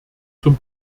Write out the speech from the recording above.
zum